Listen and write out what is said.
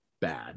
Bad